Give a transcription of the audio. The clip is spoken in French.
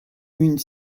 une